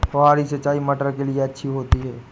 फुहारी सिंचाई मटर के लिए अच्छी होती है?